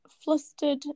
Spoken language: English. Flustered